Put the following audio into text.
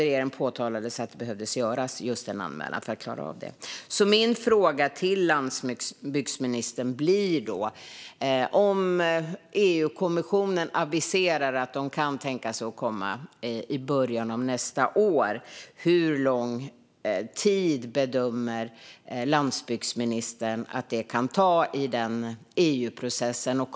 Mina två första frågor till landsbygdsministern blir: Om EU-kommissionen aviserar att det ska komma ett förslag i början av nästa år, hur lång tid bedömer landsbygdsministern att det kan ta i den EU-processen?